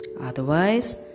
Otherwise